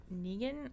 Negan